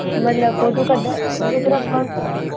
मतलब फ़ोटू का पैराग्राफ कहाँ पर होगा